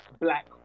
black